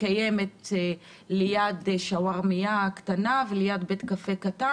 מתקיימת ליד שווארמיה קטנה, ליד בית קפה קטן.